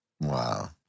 Wow